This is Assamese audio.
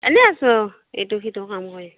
এনে আছোঁ ইটো সিটো কাম কৰি